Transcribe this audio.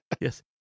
Yes